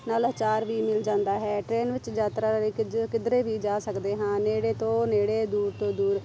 ਨਾਲ ਅਚਾਰ ਵੀ ਮਿਲ ਜਾਂਦਾ ਹੈ ਟ੍ਰੇਨ ਵਿੱਚ ਯਾਤਰਾ ਦੇ ਵਿੱਚ ਕਿਝ ਕਿਧਰੇ ਵੀ ਜਾ ਸਕਦੇ ਹਾਂ ਨੇੜੇ ਤੋਂ ਨੇੜੇ ਦੂਰ ਤੋਂ ਦੂਰ